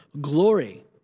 glory